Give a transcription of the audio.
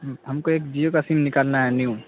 ہم کو ایک جیو سم نکالنا ہے نیو